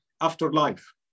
afterlife